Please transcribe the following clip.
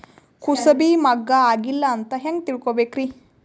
ಕೂಸಬಿ ಮುಗ್ಗ ಆಗಿಲ್ಲಾ ಅಂತ ಹೆಂಗ್ ತಿಳಕೋಬೇಕ್ರಿ?